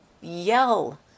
yell